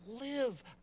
live